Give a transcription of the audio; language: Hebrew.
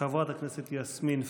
חברת הכנסת יסמין פרידמן,